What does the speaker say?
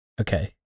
Okay